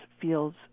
feels